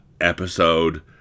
episode